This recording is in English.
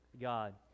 God